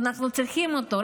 אנחנו צריכים אותו.